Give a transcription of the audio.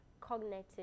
cognitive